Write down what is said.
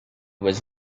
was